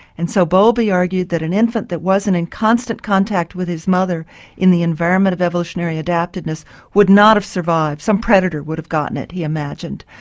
and so bowlby argued that an infant that wasn't in constant contact with his mother in the environment of evolutionary adaptiveness would not have survived, some predator would have gotten it, he imagined.